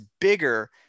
bigger